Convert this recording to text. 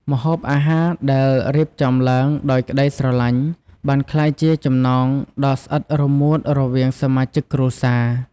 ម្ហូបអាហារដែលរៀបចំឡើងដោយក្ដីស្រឡាញ់ បានក្លាយជាចំណងដ៏ស្អិតរមួតមួយរវាងសមាជិកគ្រួសារ។